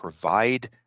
provide